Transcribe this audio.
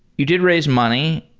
you did raise money.